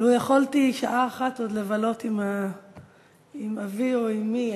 ולו יכולתי שעה אחת עוד לבלות עם אבי או עם אמי,